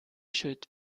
should